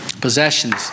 possessions